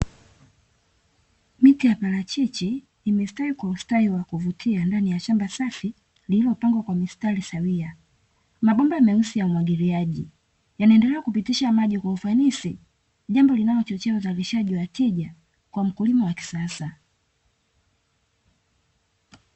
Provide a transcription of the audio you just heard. Miti ya parachichi, imestawi kwa ustawi wa kuvutia ndani ya shamba safi lililopangwa kwa mistari sawia. Mabomba meusi ya umwagiliaji yanaendelea kupitisha maji kwa ufanisi, jambo linalochochea uzalishaji wa tija kwa mkulima wa kisasa.